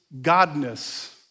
godness